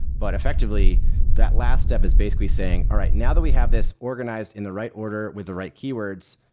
but effectively that last step is basically saying, all right, now that we have this organized in the right order with the right keywords,